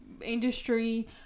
industry